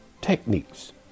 techniques